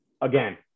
again